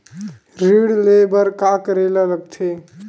ऋण ले बर का करे ला लगथे?